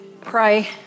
pray